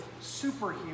superhuman